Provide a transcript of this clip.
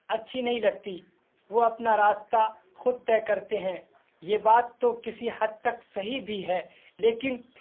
اچھی نہیں لگتی وہ اپنا راستہ خود طے کرتے ہیں یہ بات تو کسی حد تک صحیح بھی ہے لیکن